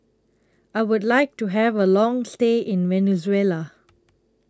I Would like to Have A Long stay in Venezuela